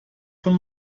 von